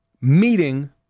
meeting